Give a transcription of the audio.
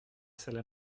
salle